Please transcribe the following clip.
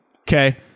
okay